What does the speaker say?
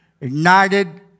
ignited